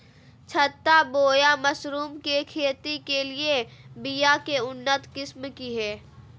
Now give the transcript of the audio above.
छत्ता बोया मशरूम के खेती के लिए बिया के उन्नत किस्म की हैं?